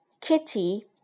Kitty